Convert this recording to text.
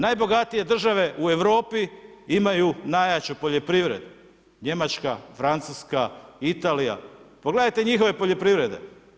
Najbogatije države u Europi imaju najjaču poljoprivredu, Njemačka, Francuska, Italija, pogledajte njihove poljoprivrede.